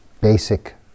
basic